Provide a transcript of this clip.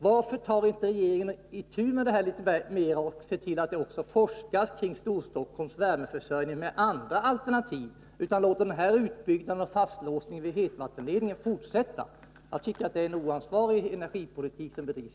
Varför tar regeringen inte itu med detta och ser till att det forskas också om andra alternativ för Storstockholms värmeförsörjning, i stället för att den låter den här utbyggnaden och fastlåsningen vid hetvattenledningen fortsätta? Jag tycker att det är en oansvarig energipolitik som bedrivs.